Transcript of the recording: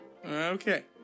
Okay